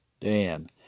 Dan